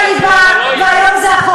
לכלבים ואתה לא